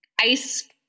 ice